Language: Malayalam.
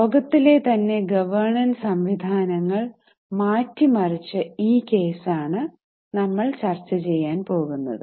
ലോകത്തിലെ തന്നെ ഗവേര്ണൻസ് സംവിധാനങ്ങൾ മാറ്റി മറിച്ച ഈ കേസ് ആണ് നമ്മൾ ചർച്ച ചെയ്യാൻ പോകുന്നത്